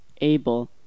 Able